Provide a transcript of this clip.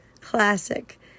classic